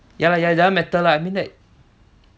ya lah doesn't matter lah I mean like